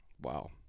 Wow